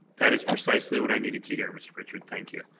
that is precisely what i needed to hear, mr. pritchard, thank you.